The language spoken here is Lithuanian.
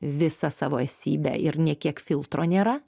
visa savo esybe ir nė kiek filtro nėra